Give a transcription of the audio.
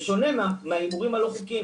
בשונה מההימורים הלא חוקיים.